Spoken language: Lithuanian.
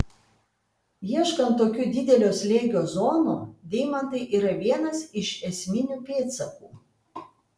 ieškant tokių didelio slėgio zonų deimantai yra vienas iš esminių pėdsakų